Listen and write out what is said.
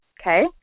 okay